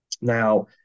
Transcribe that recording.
Now